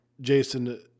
Jason